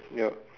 yup